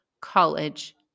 college